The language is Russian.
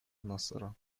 насера